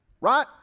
Right